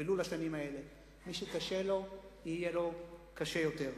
ולו לשנים האלה, מי שקשה לו, יהיה לו קשה יותר.